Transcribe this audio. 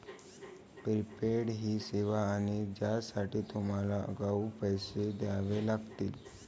prepaid ही सेवा आहे ज्यासाठी तुम्हाला आगाऊ पैसे द्यावे लागतील